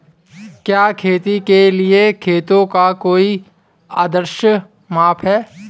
क्या खेती के लिए खेतों का कोई आदर्श माप है?